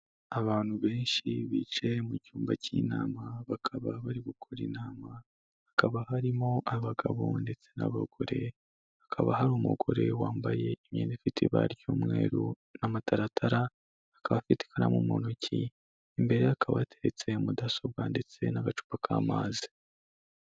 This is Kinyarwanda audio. Abantu benshi, bicaye mu cyumba cy'inama, bakaba bari gukora inama, hakaba harimo abagabo ndetse n'abagore, hakaba hari umugore wambaye imyenda ifite ibara ry'umweru, n'amataratara, akaba afite ikaramu mu ntoki, imbere ye hakaba hateretse mudasobwa, ndetse n'agacupa k'amazi.